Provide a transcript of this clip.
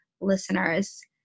listeners